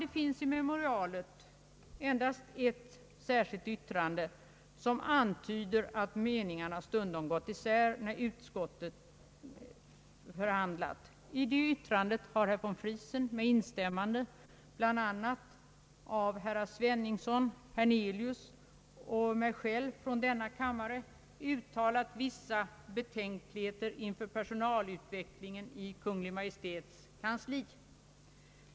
Det finns i memorialet endast ett särskilt yttrande som antyder att meningarna stundom gått isär i utskottet. I det yttrandet har herr von Friesen med instämmande bl.a. av herrar Sveningsson och Hernelius och av mig från denna kammare uttalat vissa betänkligheter inför personalutvecklingen i Kungl. Maj:ts kansli.